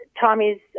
Tommy's